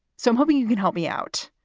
so i'm hoping you can help me out.